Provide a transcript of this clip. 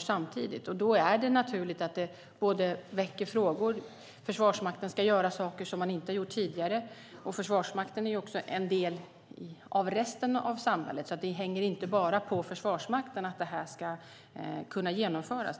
samtidigt. Det är naturligt att detta väcker frågor. Försvarsmakten ska göra saker som den inte gjort tidigare. Försvarsmakten är också en del av resten av samhället. Det hänger inte bara på Försvarsmakten att detta ska kunna genomföras.